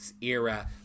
era